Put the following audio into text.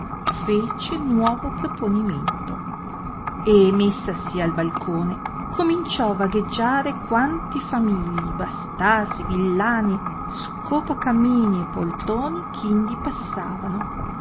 fece nuovo proponimento e messasi al balcone cominciò vagheggiare quanti famigli bastasi villani scoppacamini e poltroni eh indi passavano